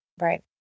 Right